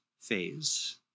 phase